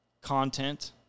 content